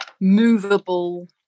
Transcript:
movable